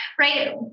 Right